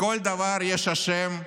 לכל דבר יש אשם,